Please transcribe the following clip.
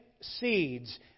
seeds